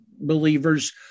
believers